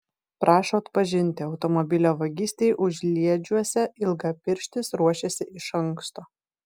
prašo atpažinti automobilio vagystei užliedžiuose ilgapirštis ruošėsi iš anksto